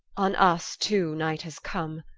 on us too night has come,